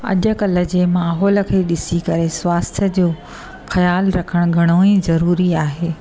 अॼुकल्ह जे माहोल खे ॾिसी करे स्वास्थ्य जो ख़याल रखणु घणोई ज़रूरी आहे